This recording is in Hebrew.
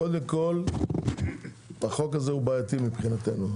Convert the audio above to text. קודם כל החוק הזה הוא בעייתי מבחינתנו,